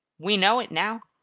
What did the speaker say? we know it now,